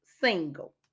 single